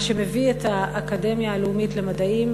מה שמביא את האקדמיה הלאומית למדעים